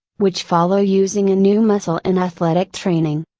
which follow using a new muscle in athletic training.